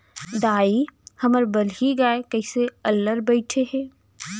दाई, हमर बलही गाय कइसे अल्लर बइठे हे